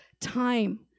time